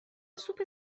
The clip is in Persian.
سوپ